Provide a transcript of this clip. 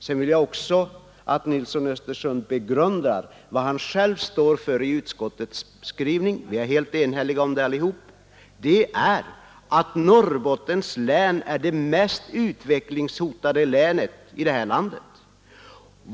Jag vill också att herr Nilsson i Östersund begrundar vad han själv står för i utskottets skrivning och där vi är helt eniga, nämligen att Norrbottens län är det mest utvecklingshotade länet i landet.